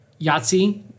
Yahtzee